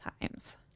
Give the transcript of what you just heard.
times